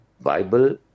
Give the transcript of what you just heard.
Bible